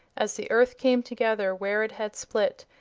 as the earth came together where it had split,